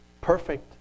perfect